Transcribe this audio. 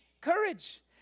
courage